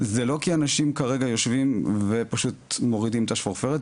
זה לא כי אנשים כרגע יושבים ופשוט מורידים את השפופרת,